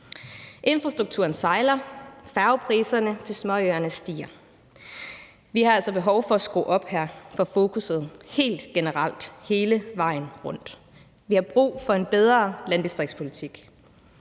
Infrastrukturen sejler, og færgepriserne til småøerne stiger. Vi har altså behov for at skrue op for fokusset helt generelt, hele vejen rundt. Vi har brug for en bedre landdistriktspolitik.